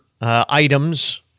items